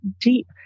deep